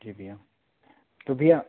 जी भैया तो भैया